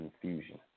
confusion